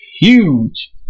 Huge